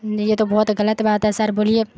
جی یہ تو بہت غلط بات ہے سر بولیے